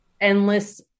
endless